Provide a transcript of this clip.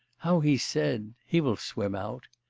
how he said, he will swim out!